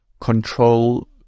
Control